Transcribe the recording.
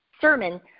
sermon